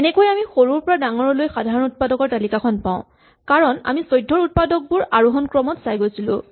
এনেকৈয়ে আমি সৰুৰ পৰা ডাঙৰলৈ সাধাৰণ উৎপাদকৰ তালিকাখন পাওঁ কাৰণ আমি ১৪ ৰ উৎপাদকবোৰ আৰোহন ক্ৰমত চাই গৈছিলো